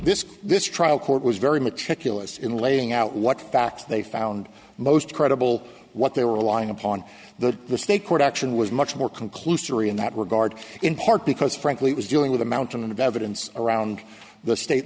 this this trial court was very meticulous in laying out what facts they found most credible what they were lying upon the state court action was much more conclusory in that regard in part because frankly it was dealing with a mountain of evidence around the state